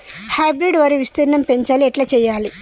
Hybrid వరి విస్తీర్ణం పెంచాలి ఎట్ల చెయ్యాలి?